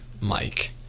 Mike